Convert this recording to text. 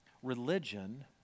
Religion